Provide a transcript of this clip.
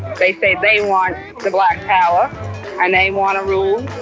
they say they want the black power and they want to rule,